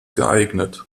geeignet